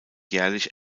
jährlich